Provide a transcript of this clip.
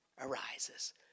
arises